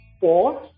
four